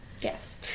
Yes